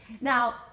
Now